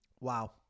wow